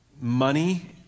money